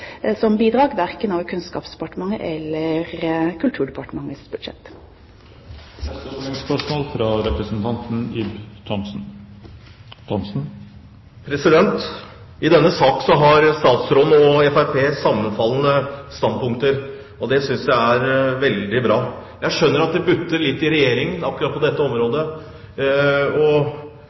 som bidrag, verken over Kunnskapsdepartementets eller Kulturdepartementets budsjett. Ib Thomsen – til oppfølgingsspørsmål. I denne saken har statsråden og Fremskrittspartiet sammenfallende standpunkter. Det synes jeg er veldig bra. Jeg skjønner at det butter litt i Regjeringen akkurat på dette området.